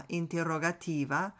interrogativa